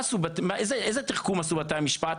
איזה תחכום עשו בתי המשפט?